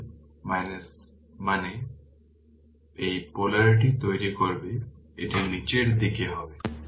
তাই মানে তাই পোলারিটি তৈরি করবে এটি নিচের দিকে হবে